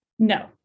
No